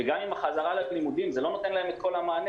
וגם עם החזרה ללימודים זה לא נותן להם את כל המענה.